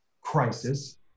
crisis